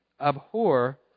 Abhor